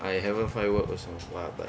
I haven't find work also !wah! but